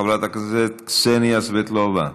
חברת הכנסת קסניה סבטלובה,